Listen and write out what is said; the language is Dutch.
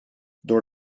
door